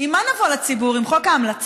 עם מה נבוא לציבור, עם חוק ההמלצות?